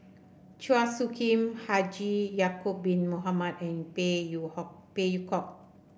Chua Soo Khim Haji Ya'acob Bin Mohamed and Phey Yew Hok Phey Yew Kok